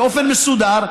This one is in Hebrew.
באופן מסודר,